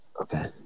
Okay